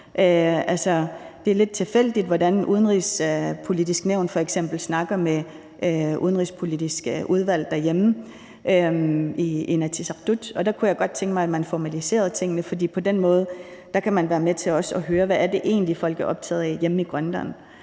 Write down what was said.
det er lidt tilfældigt, hvordan Det Udenrigspolitiske Nævn f.eks. snakker med udenrigspolitisk udvalg derhjemme i Inatsisartut, og der kunne jeg godt tænke mig, at man formaliserede tingene, for på den måde kan man også være med til at høre, hvad det egentlig er, folk er optaget af hjemme i Grønland